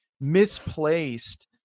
misplaced